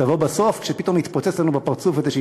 תבוא בסוף כשפתאום תתפוצץ לנו בפרצוף איזושהי